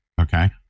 okay